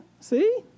See